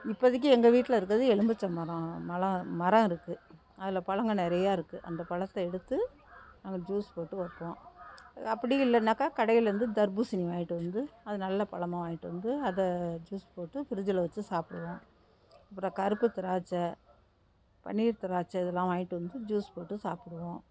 இப்போதிக்கு எங்கள் வீட்டில் இருக்கிறது எலுமிச்சம்பழம் மலம் மரம் இருக்குது அதில் பலங்க நிறையா இருக்குது அந்த பழத்த எடுத்து நாங்கள் ஜூஸ் போட்டு வைப்போம் அப்படியும் இல்லைன்னாக்கா கடையிலேருந்து தர்பூசணி வாங்கிட்டு வந்து அதை நல்ல பழமா வாங்கிட்டு வந்து அதை ஜூஸ் போட்டு ஃப்ரிட்ஜியில் வச்சு சாப்புடுவோம் அப்புறம் கருப்பு திராட்சை பன்னீர் திராட்சை இதெலாம் வாங்கிட்டு வந்து ஜூஸ் போட்டு சாப்பிடுவோம்